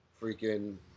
freaking